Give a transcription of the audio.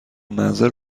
منزل